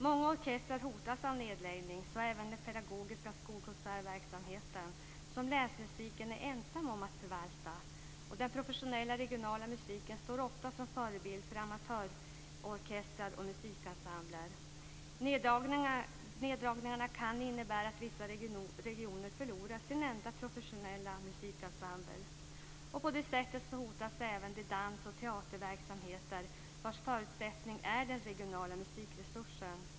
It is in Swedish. Många orkestrar hotas av nedläggning, så även den pedagogiska skolkonsertverksamhet som länsmusiken är ensam om att förvalta. Den professionella regionala musiken står ofta som förebild för amatörorkestrar och musikensembler. Neddragningarna kan innebära att vissa regioner förlorar sin enda professionella musikensemble. På det sättet hotas även de dans och teaterverksamheter vars förutsättning är den regionala musikresursen.